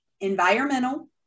environmental